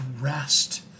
rest